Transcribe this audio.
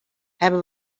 hebben